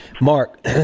Mark